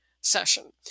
session